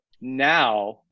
now